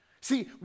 See